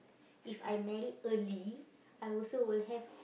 if I married early I also will have